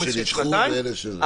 נכון, אלה שנדחו ואלה שלא.